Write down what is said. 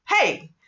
Hey